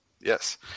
yes